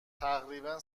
تقریبا